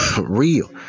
real